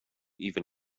even